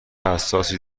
حساسی